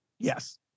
Yes